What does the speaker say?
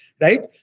right